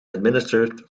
administered